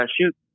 shoot